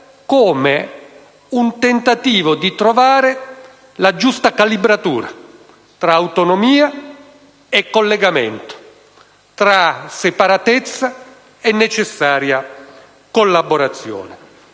come un tentativo di trovare la giusta calibratura tra autonomia e collegamento, tra separatezza e necessaria collaborazione.